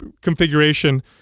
configuration